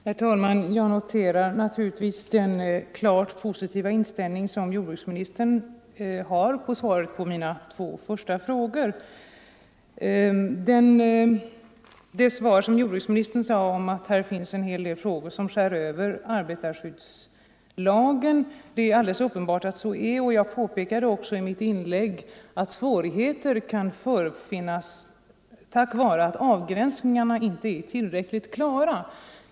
Herr talman! Jag noterar med tillfredsställelse den klart positiva inställning som jordbruksministern givit uttryck för i svaren på mina två första frågor om bemyndigande och om produktkontrollnämndens ingripande mot onödig förekomst av ett ämne, som inte ansetts kunna totalförbjudas. Jordbruksministern sade att det finns en hel del problem som skär över arbetarskyddslagen. Det är uppenbart att det är så. Jag påpekade också i mitt tidigare inlägg att det kan uppstå svårigheter på grund av att avgränsningarna i ansvarsområden inte är tillräckligt klara.